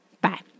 Bye